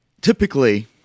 Typically